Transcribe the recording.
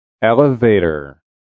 Elevator